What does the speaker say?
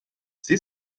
sie